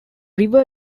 river